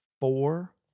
four